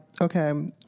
okay